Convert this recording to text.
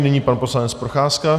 Nyní pan poslanec Procházka.